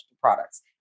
products